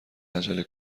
عجله